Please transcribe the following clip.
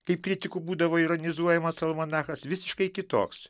kaip kritikų būdavo ironizuojamas almanachas visiškai kitoks